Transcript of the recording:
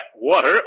Water